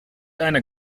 einer